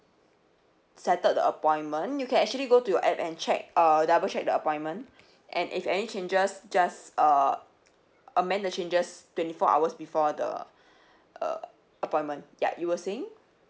settled the appointment you can actually go to your app and check uh double check the appointment and if any changes just uh amend the changes twenty four hours before the uh appointment ya you were saying